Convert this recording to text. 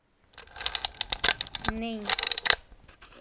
नेईं